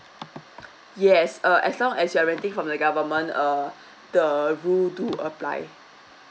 yes uh as long as you are renting from the government err the rule to apply